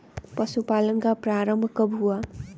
पशुपालन का प्रारंभ कब हुआ?